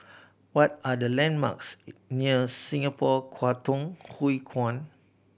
what are the landmarks near Singapore Kwangtung Hui Kuan